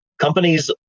Companies